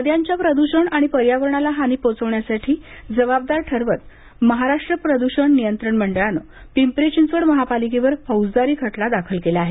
नद्यांच्या प्रदूषण आणि पर्यावरणाला हानी पोहचण्यासाठी जबाबदार ठरवत महाराष्ट्र प्रदूषण नियंत्रण मंडळानं पिंपरी चिंचवड महापालिकेवर फौजदारी खटला दाखल केला आहे